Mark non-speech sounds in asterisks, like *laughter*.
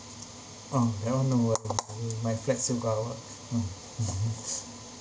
oh that one no worry mm my flat still cover mm *laughs*